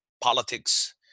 politics